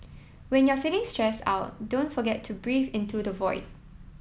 when you are feeling stressed out don't forget to breathe into the void